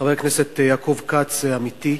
חבר הכנסת יעקב כץ, עמיתי,